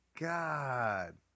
God